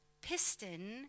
piston